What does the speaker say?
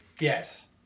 Yes